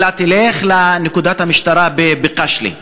אלא תלך לנקודת המשטרה בקישלה,